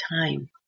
time